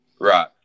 Right